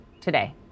today